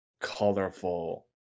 colorful